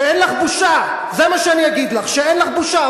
שאין לך בושה, זה מה שאני אגיד לך, שאין לך בושה.